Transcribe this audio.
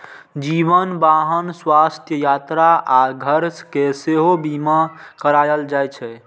जीवन, वाहन, स्वास्थ्य, यात्रा आ घर के सेहो बीमा कराएल जाइ छै